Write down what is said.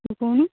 କହୁନୁ